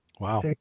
Wow